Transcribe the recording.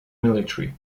military